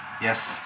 Yes